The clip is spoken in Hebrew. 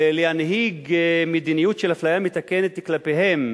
להנהיג מדיניות של אפליה מתקנת כלפיהם,